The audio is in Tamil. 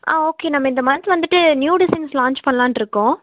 ஆ ஓகே நம்ம இந்த மன்த் வந்துட்டு நியூ டிசைன்ஸ் லான்ச் பண்ணலான்ருக்கோம்